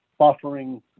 buffering